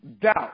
doubt